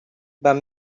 but